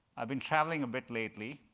i've been traveling a bit lately.